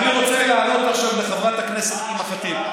אני רוצה לענות עכשיו לחברת הכנסת אימאן ח'טיב.